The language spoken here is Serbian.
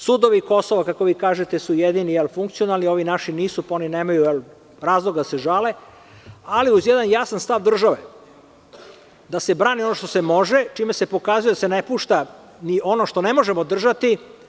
Sudovi Kosova, kako vi kažete su jedini funkcionalni, a ovi naši nisu, pa oni nemaju razloga da se žale, ali uz jedan jasan stav države, da se brani ono što se može čime se pokazuje da se ne pušta ni ono što ne možemo držati.